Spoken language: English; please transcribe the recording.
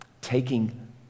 Taking